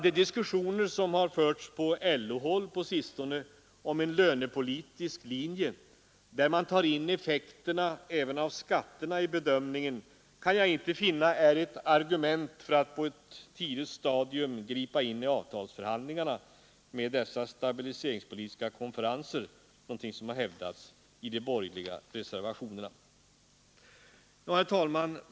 De diskussioner som på sistone förts på LO-håll om en lönepolitisk linje där man tar in effekterna även av skatterna i bedömningen, kan jag inte finna är ett argument för att på ett tidigt stadium gripa in i avtalsförhandlingarna med dessa stabiliseringspolitiska konferenser, något som hävdas i den borgerliga reservationen.